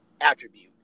attribute